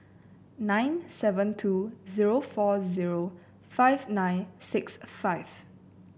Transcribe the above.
nine seven two zero four zero five nine six five